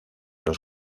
los